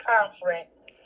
conference